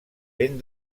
ben